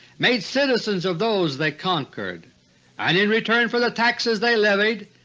made citizens of those they conquered and in return for the taxes they levied,